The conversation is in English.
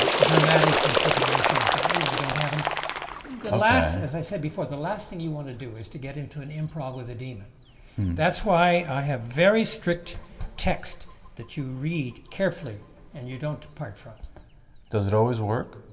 dramatic interpolations that really don't have any last as i said before the last thing you want to do is to get into an improv with a demon that's why i have very strict text that you read carefully and you don't part from does it always work